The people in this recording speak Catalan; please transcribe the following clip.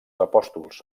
apòstols